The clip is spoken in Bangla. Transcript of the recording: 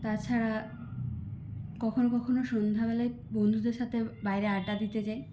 তাছাড়া কখনও কখনও সন্ধ্যাবেলায় বন্ধুদের সাথে বাইরে আড্ডা দিতে যাই